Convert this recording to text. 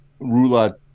Rula